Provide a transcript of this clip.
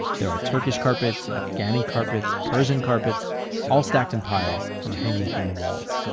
there are turkish carpets, afghani carpets, persian carpets all stacked in piles, or hanging from the walls.